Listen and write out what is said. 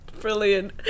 Brilliant